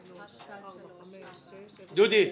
הצבעה בעד, 5 נגד,